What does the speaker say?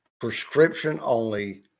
prescription-only